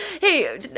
Hey